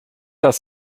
das